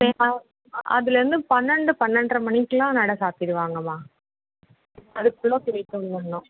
அதுலேருந்து பன்னெண்டு பன்னெண்ட்ரை மணிக்குலாம் நடை சாத்திடுவாங்கம்மா அதுக்குள்ள போயிட்டு வந்துடணும்